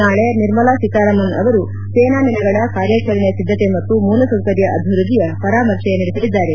ನಾಳೆ ನಿರ್ಮಲಾ ಸೀತಾರಾಮನ್ ಅವರು ಸೇನಾ ನೆಲೆಗಳ ಕಾರ್ಯಾಚರಣೆ ಸಿದ್ದತೆ ಮತ್ತು ಮೂಲಸೌಕರ್ಯ ಅಭಿವೃದ್ದಿಯ ಪರಾಮರ್ಶೆ ನಡೆಸಲಿದ್ದಾರೆ